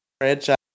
franchise